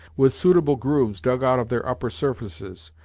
with suitable grooves dug out of their upper surfaces,